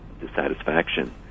dissatisfaction